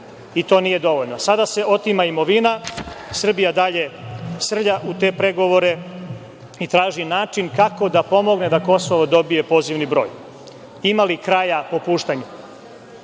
i to nije dovoljno. Sada se otima imovina, Srbija dalje srlja u te pregovore i traži način kako da pomogne da Kosovo dobije pozivni broj. Ima li kraja popuštanju? Četvrto